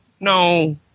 No